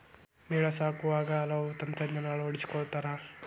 ಮೇನಾ ಸಾಕುವಾಗ ಹಲವು ತಂತ್ರಾ ಅಳವಡಸ್ಕೊತಾರ